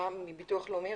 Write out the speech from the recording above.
מירי אנדבלד.